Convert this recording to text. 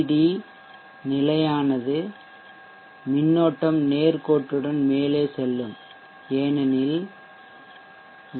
D நிலையானது மின்னோட்டம் நேர்கோட்டுடன் மேலே செல்லும் ஏனென்றால் வி